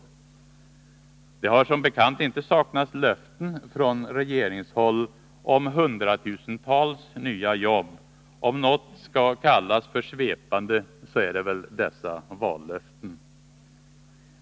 Det har som bekant inte saknats löften från regeringshåll om hundratusentals nya jobb. Om något skall kallas för svepande, så är det väl dessa vallöften!